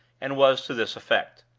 and was to this effect.